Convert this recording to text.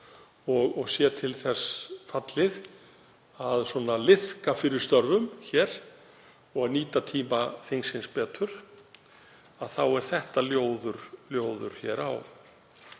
og sé til þess fallið að liðka fyrir störfum hér og nýta tíma þingsins betur, þá er þetta ljóður á.